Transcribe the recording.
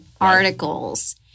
articles